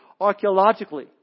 archaeologically